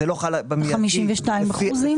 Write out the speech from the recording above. ה-52 אחוזים?